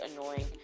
annoying